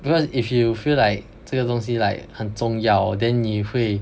because if you feel like 这个东西 like 很重要 then 你会